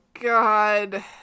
God